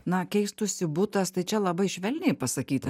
na keistųsi butas tai čia labai švelniai pasakyta